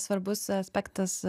svarbus aspektas